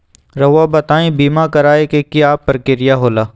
रहुआ बताइं बीमा कराए के क्या प्रक्रिया होला?